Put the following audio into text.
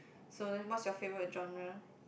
so then what's your favorite genre